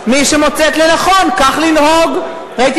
גם